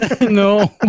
No